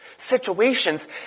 situations